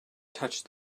touched